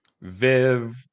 Viv